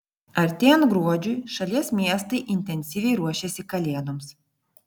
artėjant gruodžiui šalies miestai intensyviai ruošiasi kalėdoms